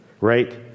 right